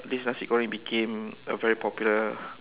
this nasi goreng became a very popular